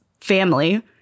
family